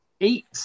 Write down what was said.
eight